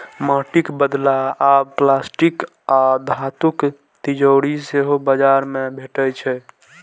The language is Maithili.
माटिक बदला आब प्लास्टिक आ धातुक तिजौरी सेहो बाजार मे भेटै छै